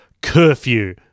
Curfew